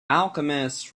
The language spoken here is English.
alchemist